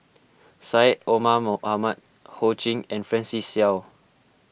Syed Omar Mohamed Ho Ching and Francis Seow